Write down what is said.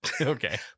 Okay